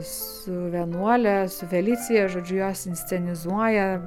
su vienuole su felicija žodžiu jos inscenizuoja